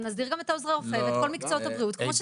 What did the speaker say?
ונסדיר גם את עוזרי הרופא ואת כל מקצועות הבריאות כמו שצריך.